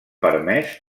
permès